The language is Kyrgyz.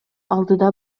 алдыда